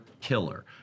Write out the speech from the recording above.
killer